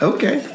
Okay